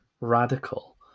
radical